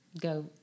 Go